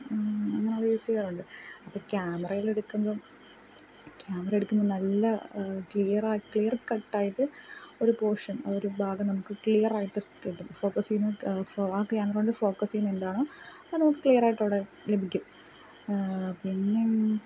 അങ്ങനെ യൂസ് ചെയ്യാറുണ്ട് അപ്പം ക്യാമറേലെടുക്കുമ്പം ക്യാമറയെടുക്കുമ്പം നല്ല ക്ലിയറായ് ക്ലിയർക്കട്ടായിട്ട് ഒരു പോഷൻ ഒരു ഭാഗം നമുക് ക്ലിയറായിട്ട് കിട്ടും ഫോക്കസ് ചെയ്യുന്നത് ആ ക്യാമറ കൊണ്ട് ഫോക്കസ് ചെയ്യുന്നതെന്താണൊ അത് നമുക്ക് ക്ലിയറായിട്ടവടെ ലഭിക്കും പിന്നെ